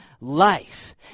life